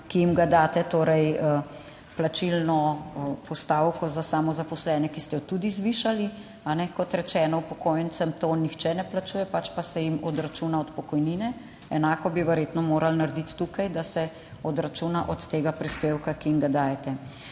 ki jim ga daste, torej plačilno postavko za samozaposlene, ki ste jo tudi zvišali? Kot rečeno, upokojencem tega nihče ne plačuje, pač pa se jim odračuna od pokojnine. Enako bi verjetno morali narediti tukaj, da se odračuna od tega prispevka, ki jim ga dajete.